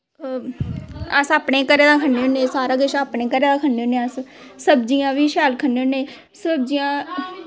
अस अपने घरे दा खन्ने होन्ने सारा किश अपने घरे दा खन्ने होन्ने अस सब्जियां बी शैल खन्ने होन्ने सब्जियां